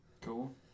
Cool